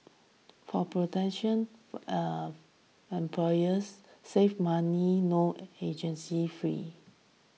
for potential eh employers save money no agency fees